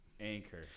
Anchor